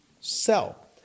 sell